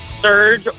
Surge